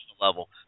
level